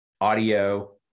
audio